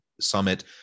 Summit